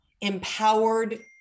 empowered